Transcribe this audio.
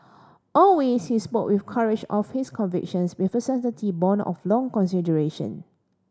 always he spoke with courage of his convictions with a born of long consideration